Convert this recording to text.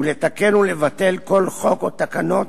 ולתקן ולבטל כל חוק או תקנות